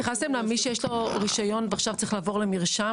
התייחסתם גם למי שיש לו רישיון ועכשיו צריך לעבור למרשם?